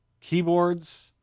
keyboards